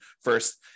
first